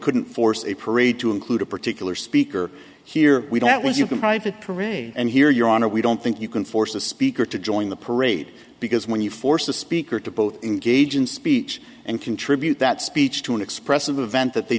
couldn't force a parade to include a particular speaker here we don't want you can private parade and here your honor we don't think you can force a speaker to join the parade because when you force the speaker to both engage in speech and contribute that speech to an expressive event that they